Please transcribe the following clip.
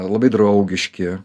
labai draugiški